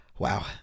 Wow